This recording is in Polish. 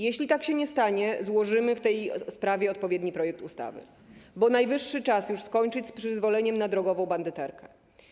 Jeśli tak się nie stanie, złożymy w tej sprawie odpowiedni projekt ustawy, bo najwyższy czas już skończyć z przyzwoleniem na drogową bandyterkę.